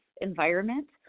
environment